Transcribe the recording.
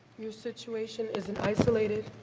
you're situation isn't isolated.